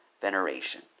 veneration